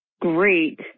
great